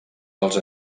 els